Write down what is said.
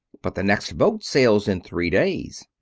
but the next boat sails in three days.